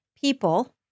people